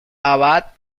abad